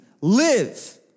live